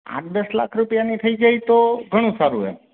આઠ દસ લાખ રૂપિયાની થઈ જાય તો ઘણું સારું એમ